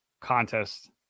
contest